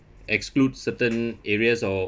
exclude certain areas or